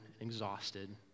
exhausted